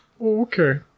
Okay